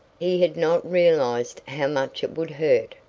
he had not realized how much it would hurt.